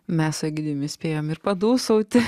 mes lydimi spėjome ir padūsauti